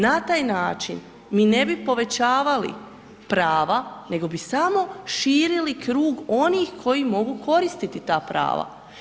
Na taj način mi ne bi povećavali prava nego bi samo širili krug onih koji mogu koristiti ta prava.